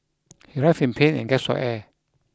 he writhed in pain and gasped for air